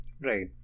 right